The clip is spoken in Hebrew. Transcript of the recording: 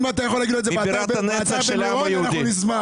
אם אתה יכול להגיד לו את זה באתר במירון אנחנו נשמח.